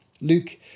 Luke